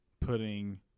putting